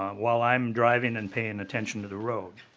while i am driving and paying attention to the road.